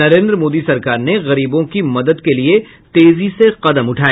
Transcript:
नरेन्द्र मोदी सरकार ने गरीबों की मदद के लिए तेजी से कदम उठाए